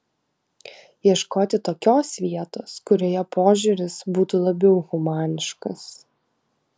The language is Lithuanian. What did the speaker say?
ieškoti tokios vietos kurioje požiūris būtų labiau humaniškas